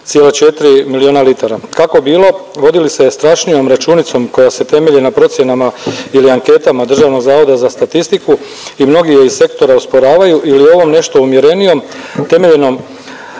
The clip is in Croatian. miliona litara. Kako bilo vodi li se strašnijom računicom koja se temelji na procjenama ili anketama Državnog zavoda za statistiku i mnogi je iz sektora osporavaju ili ovom nešto umjerenijom temeljenom